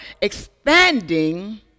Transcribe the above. expanding